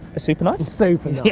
a super nice. so yeah